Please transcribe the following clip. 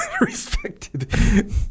respected